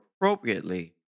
appropriately